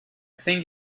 think